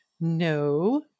No